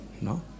no